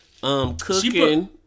Cooking